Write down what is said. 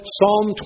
Psalm